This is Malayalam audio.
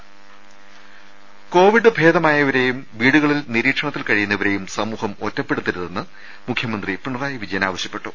രുദ കോവിഡ് ഭേദമായവരേയും വീടുകളിൽ നിരീക്ഷണത്തിൽ കഴിയുന്നവരേയും സമൂഹം ഒറ്റപ്പെടുത്തരുതെന്ന് മുഖ്യമന്ത്രി പിണറായി വിജയൻ ആവശ്യപ്പെട്ടു